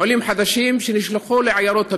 עולים חדשים שנשלחו לעיירות הפיתוח.